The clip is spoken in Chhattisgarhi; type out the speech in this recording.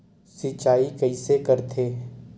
सिंचाई कइसे करथे?